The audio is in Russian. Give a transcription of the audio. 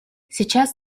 сейчас